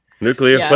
Nuclear